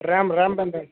RAM RAM ఎంతండి